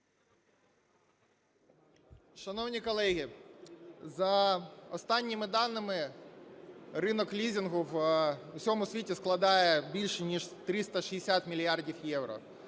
Шановні колеги, за останніми даними ринок лізингу в усьому світі складає більше ніж 360 мільярдів євро.